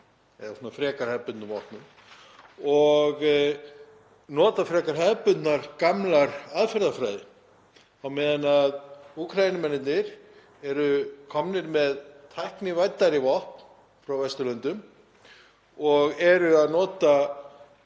eða frekar hefðbundnum vopnum, og nota frekar hefðbundna gamla aðferðafræði á meðan Úkraínumennirnir eru komnir með tæknivæddari vopn frá Vesturlöndum og eru að nota